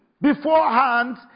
beforehand